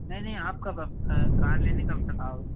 नहीं नहीं आप कब आ कार लेने कब तक आओगे